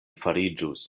fariĝus